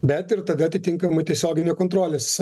bet ir tada atitinkamai tiesioginė kontrolės